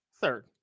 third